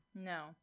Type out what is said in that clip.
No